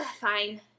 Fine